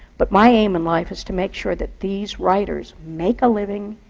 but my aim in life is to make sure that these writers make a living,